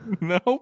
Nope